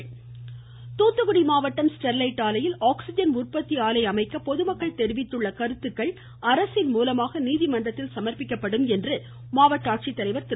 தூத்துக்குடி ஸ்டெர்லைட் தூத்துக்குடி மாவட்டம் ஸ்டெர்லைட் ஆலையில் ஆக்ஸிஜன் உற்பத்தி ஆலை அமைக்க பொதுமக்கள் தெரிவித்துள்ள கருத்துக்கள் அரசின் மூலமாக நீதிமன்றத்தில் சமர்ப்பிக்கப்படும் என்று மாவட்ட ஆட்சித்தலைவா் திரு